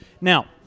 Now